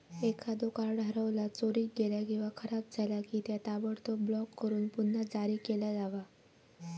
एखादो कार्ड हरवला, चोरीक गेला किंवा खराब झाला की, त्या ताबडतोब ब्लॉक करून पुन्हा जारी केला जावा